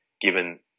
given